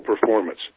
performance –